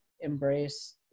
embrace